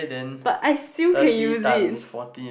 but I still can use it